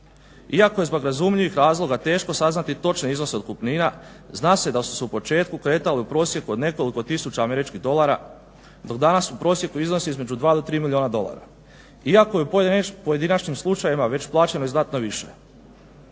Iako je zbog razumljivih razloga teško saznati točne iznose otkupnina zna se da su se u početku kretali u prosjeku od nekoliko tisuća američkih dolara dok danas u prosjeku iznosi između 2 i 3 milijuna dolara, iako je u pojedinačnim slučajevima već plaćeno i znatno više.